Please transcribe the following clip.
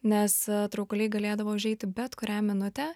nes traukuliai galėdavo užeiti bet kurią minutę